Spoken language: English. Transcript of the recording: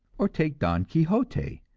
or take don quixote.